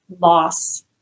loss